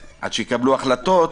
עד שיקבלו החלטות,